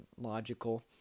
logical